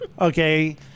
Okay